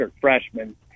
freshman